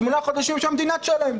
שמונה חודשים שהמדינה תשלם.